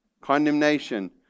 Condemnation